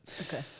Okay